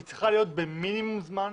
היא צריכה להיות במינימום זמן,